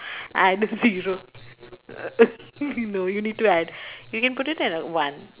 add a zero no you need to add you can put it at one